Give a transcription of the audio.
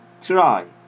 try